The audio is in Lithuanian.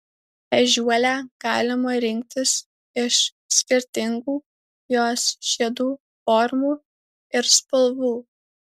ežiuolę galima rinktis iš skirtingų jos žiedų formų ir spalvų